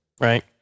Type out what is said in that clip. right